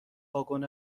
واگن